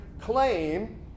claim